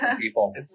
People